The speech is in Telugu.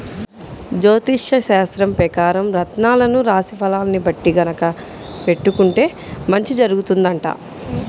జ్యోతిష్యశాస్త్రం పెకారం రత్నాలను రాశి ఫలాల్ని బట్టి గనక పెట్టుకుంటే మంచి జరుగుతుందంట